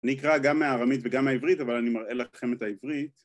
אני אקרא גם מהארמית וגם העברית אבל אני מראה לכם את העברית